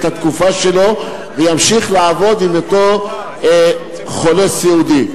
את התקופה שלו וימשיך לעבוד עם אותו חולה סיעודי.